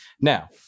Now